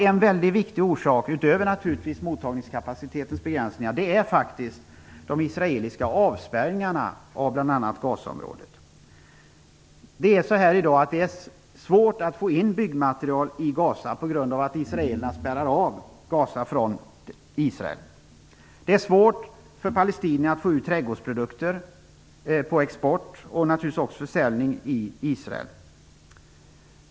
En väldigt viktig orsak utöver mottagningskapacitetens begränsningar är faktiskt de israeliska avspärrningarna av bl.a. Gazaområdet. Det är svårt att få in byggmaterial i Gaza på grund av att israelerna spärrar av Gaza från Israel. Det är svårt för palestinierna att få ut trädgårdsprodukter på export och för försäljning i Israel.